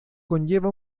conlleva